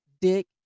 Dick